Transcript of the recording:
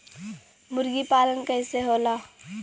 मुर्गी पालन कैसे होला?